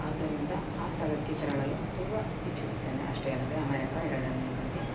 ಆದ್ದರಿಂದ ಆ ಸ್ಥಳಕ್ಕೆ ತೆರಳಲು ತುಂಬ ಇಚ್ಚಿಸುತ್ತೇನೆ ಅಷ್ಟೇ ಅಲ್ಲದೆ ಅಮೇರಿಕಾ ಎರಡನೇಯದ್ದಾಗಿ